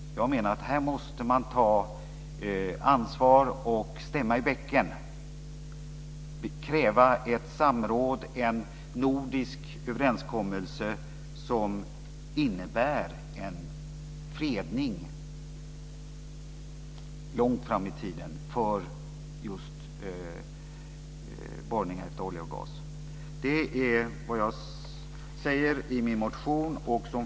Jag menar att här måste man ta ansvar och stämma i bäcken. Man måste kräva ett samråd, en nordisk överenskommelse som innebär en fredning långt fram i tiden för just borrningar efter olja och gas. Det är vad jag säger i min motion.